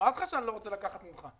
אמרתי לך שאני לא רוצה לקחת ממך.